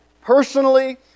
Personally